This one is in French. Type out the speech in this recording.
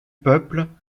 peuple